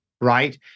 right